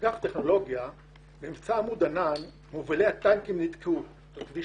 במבצע עמוד ענן מובילי הטנקים נתקעו על כביש